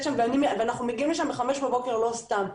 ואנחנו מגיעים לשם בחמש בבוקר לא סתם,